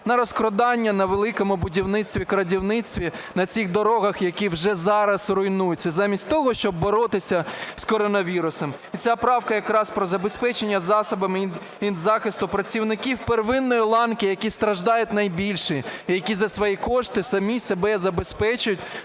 на розкрадання на "великому будівництві-крадівництві", на цих дорогах, які вже зараз руйнуються, замість того, щоб боротися з коронавірусом. І ця правка якраз про забезпечення засобами індзахисту працівників первинної ланки, які страждають найбільше, які за свої кошти самі себе забезпечують,